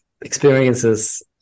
experiences